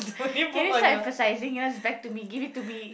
can you stop emphasizing now is back to me give it to me